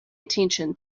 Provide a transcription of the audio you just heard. attention